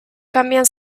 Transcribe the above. cambian